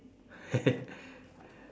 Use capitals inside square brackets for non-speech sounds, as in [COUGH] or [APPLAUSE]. [LAUGHS]